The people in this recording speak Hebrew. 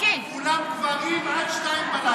כולם גברים עד 02:00,